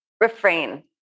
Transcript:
refrain